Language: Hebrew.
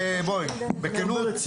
הנוראיים?